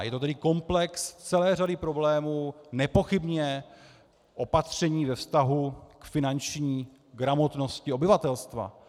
Je to tedy komplex celé řady problémů, nepochybně opatření ve vztahu k finanční gramotnosti obyvatelstva.